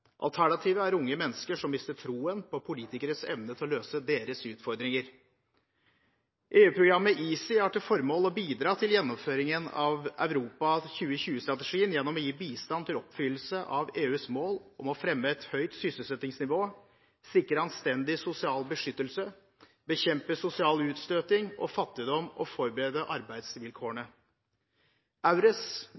Alternativet er unge mennesker som mister troen på politikerens evne til å løse deres utfordringer. EU-programmet EaSI har til formål å bidra til gjennomføringen av Europa 2020-strategien gjennom å gi bistand til oppfyllelse av EUs mål om å fremme et høyt sysselsettingsnivå, sikre anstendig sosial beskyttelse, bekjempe sosial utstøting og fattigdom og forbedre arbeidsvilkårene.